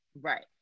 Right